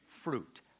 fruit